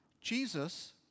Jesus